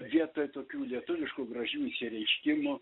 vietoj tokių lietuviškų gražių išsireiškimų